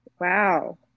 Wow